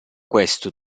questo